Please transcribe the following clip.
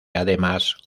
además